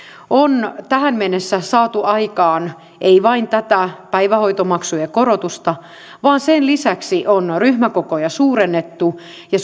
on tähän mennessä saatu aikaan ei vain tätä päivähoitomaksujen korotusta vaan sen lisäksi on on ryhmäkokoja suurennettu ja